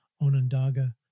Onondaga